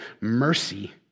mercy